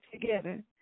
together